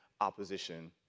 opposition